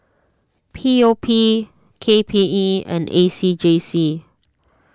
P O P K P E and A C J C